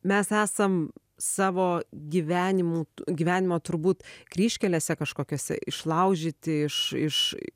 mes esam savo gyvenimų gyvenimo turbūt kryžkelėse kažkokiose išlaužyti iš iš